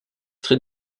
très